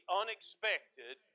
unexpected